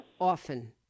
Often